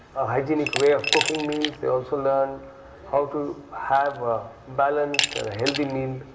a hygienic way of cooking meals. they also learn how to have a balanced and healthy meal.